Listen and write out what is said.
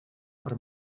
per